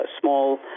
small